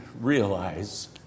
realize